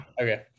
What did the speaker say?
Okay